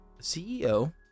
CEO